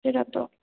ସେଇଟା ତ